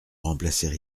remplacer